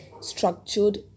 structured